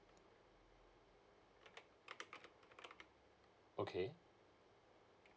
okay